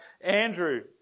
Andrew